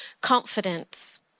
confidence